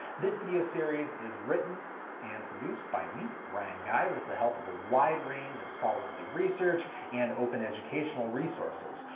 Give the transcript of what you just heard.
this video series is witten and produced by me, ryan guy, with the help of a wide variety of scholarly research and open educational resources.